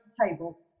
table